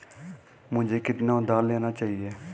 मुझे कितना उधार लेना चाहिए?